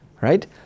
right